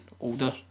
older